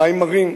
המים מרים,